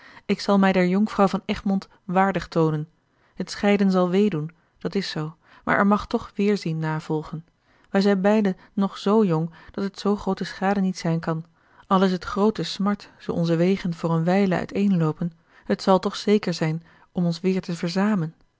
ik zal mij der jonkvrouw van egmond waardig toonen het scheiden zal wee doen dat is zoo maar er mag toch weêrzien na volgen wij zijn beiden nog z jong dat het zoo groote schade niet zijn kan al is t groote smart zoo onze wegen voor eene wijle uiteenloopen het zal toch zeker zijn om ons weêr te verzamen